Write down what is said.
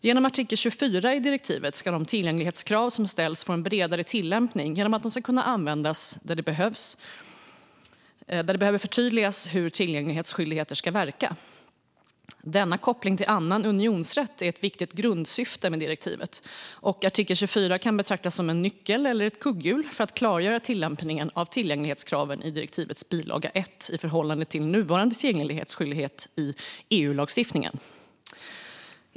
Genom artikel 24 i direktivet ska de tillgänglighetskrav som ställs få en bredare tillämpning genom att de ska kunna användas där det behöver förtydligas hur tillgänglighetsskyldigheter ska verka. Denna koppling till annan unionsrätt är ett viktigt grundsyfte med direktivet, och artikel 24 kan betraktas som en nyckel eller kugghjul för att klargöra tillämpningen av tillgänglighetskraven i direktivets bilaga 1 i förhållande till nuvarande tillgänglighetsskyldighet i EU-lagstiftningen.